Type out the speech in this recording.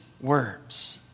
words